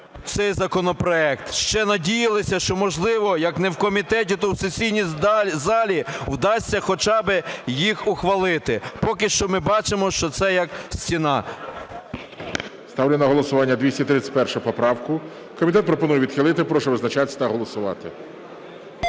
цей законопроект, ще надіялися, що можливо, як не в комітеті, то в сесійній залі вдасться хоча би їх ухвалити, поки що ми бачимо, що цей як стіна. ГОЛОВУЮЧИЙ. Ставлю на голосування 231 поправку. Комітет пропонує відхилити. Прошу визначатись та голосувати.